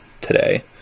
today